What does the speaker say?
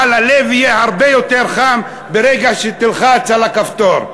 אבל הלב יהיה הרבה יותר חם ברגע שתלחץ על הכפתור.